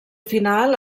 final